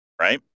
right